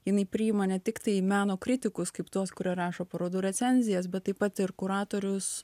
jinai priima ne tiktai meno kritikus kaip tuos kurie rašo parodų recenzijas bet taip pat ir kuratorius